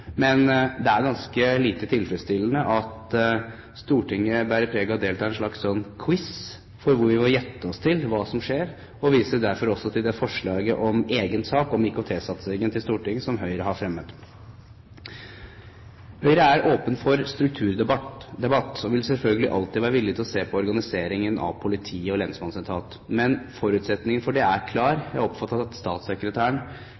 Men det er ganske lite tilfredsstillende at Stortinget bærer preg av å delta i en slags quiz hvor vi må gjette oss til hva som skjer, og jeg viser derfor til det forslaget om egen sak til Stortinget om IKT-satsingen som Høyre har fremmet. Høyre er åpen for strukturdebatt og vil selvfølgelig alltid være villig til å se på organiseringen av politiet og lensmannsetaten. Men forutsetningen for det er